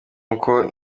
uko